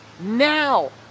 now